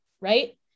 right